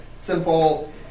simple